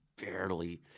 barely